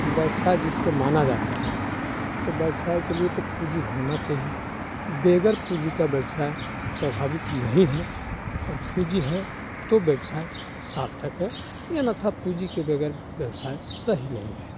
व्यवसाय जिसको माना जाता है तो व्यवसाय के लिए तो पूँजी होना चाहिए बग़ैर पूँजी के व्यवसाय स्वाभाविक नहीं है और पूँजी है तो व्यवसाय सार्थक है अन्यतः पूँजी के बग़ियार व्यवसाय सही नहीं है